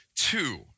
two